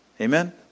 Amen